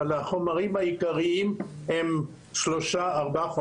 אבל החומרים העיקריים הם שלושה-ארבעה,